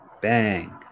bang